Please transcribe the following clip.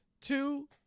two